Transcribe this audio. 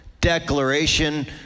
declaration